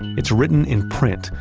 it's written in print,